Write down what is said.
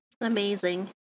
Amazing